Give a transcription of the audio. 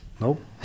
Nope